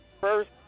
first